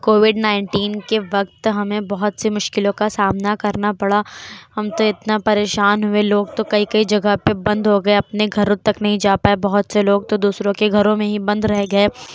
Covid nineteen کے وقت ہمیں بہت سے مشکلوں کا سامنا کرنا پڑا ہم تو اتنا پریشان ہوئے لوگ تو کئی کئی جگہ پہ بند ہو گئے اپنے گھروں تک نہیں جا پائے بہت سے لوگ تو دوسروں کے گھروں میں ہی بند رہ گئے